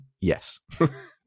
Yes